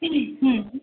हूं हूं